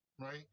right